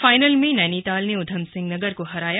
final में नैनीताल ने ऊधमसिंह नगर को हराया